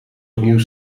opnieuw